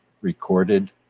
recorded